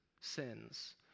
sins